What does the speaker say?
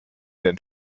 den